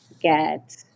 get